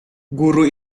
guru